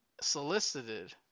solicited